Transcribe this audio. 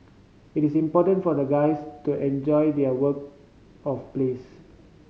it is important for the guys to enjoy their work of place